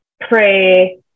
pray